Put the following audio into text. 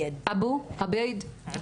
עבייד,